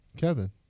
Kevin